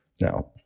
Now